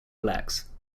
relax